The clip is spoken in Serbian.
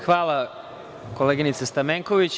Hvala koleginice Stamenković.